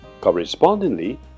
correspondingly